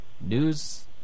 news